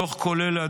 מתוך כל אלה,